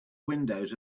windows